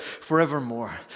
forevermore